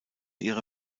ihre